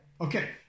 Okay